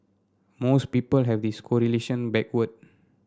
most people have this correlation backward